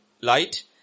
light